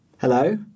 Hello